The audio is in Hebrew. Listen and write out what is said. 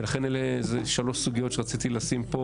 ולכן אלה שלוש סוגיות שרציתי לשים פה